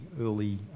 early